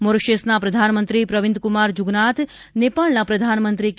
મોરેશીયસના પ્રધાનમંત્રી પ્રવીંદકુમાર જુગનાથ નેપાળના પ્રધાનમંત્રી કે